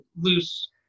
loose